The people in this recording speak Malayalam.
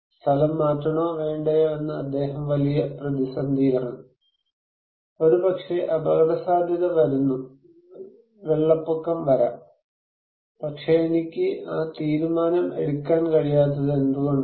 സ്ഥലം മാറ്റണോ വേണ്ടയോ എന്ന് അദ്ദേഹം വലിയ പ്രതിസന്ധിയിലാണ് ഒരുപക്ഷേ അപകടസാധ്യത വരുന്നു ഒരുപക്ഷേ വെള്ളപ്പൊക്കം വരാം പക്ഷെ എനിക്ക് ആ തീരുമാനം എടുക്കാൻ കഴിയാത്തത് എന്തുകൊണ്ടാണ്